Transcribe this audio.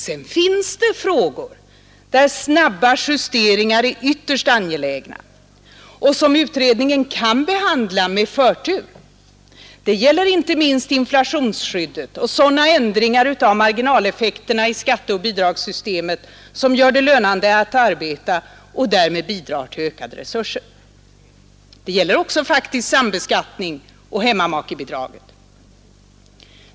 Sedan finns det frågor, där snabba justeringar är ytterst angelägna och som utredningen kan behandla med förtur. Det gäller inte minst inflationsskyddet och sådana ändringar av marginaleffekterna i skatteoch bidragssystemet som gör det lönande att arbeta och därmed bidrar till ökade resurser. Det gäller också faktisk sambeskattning och hemmamakebidrag.